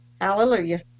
Hallelujah